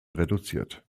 reduziert